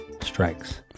strikes